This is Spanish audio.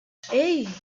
hey